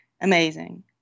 amazing